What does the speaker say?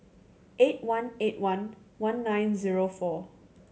eight one eight one one nine zero four